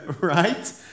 Right